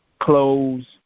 clothes